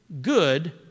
good